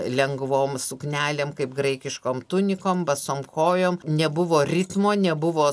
lengvom suknelėm kaip graikiškom tunikom basom kojom nebuvo ritmo nebuvo